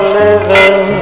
living